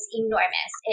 enormous